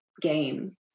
game